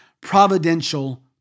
providential